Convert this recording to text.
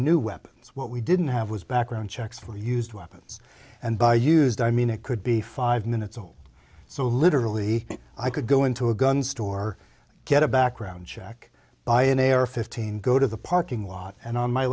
new weapons what we didn't have was background checks for used weapons and by used i mean it could be five minutes or so literally i could go into a gun store get a background check buy an a r fifteen go to the parking lot and on my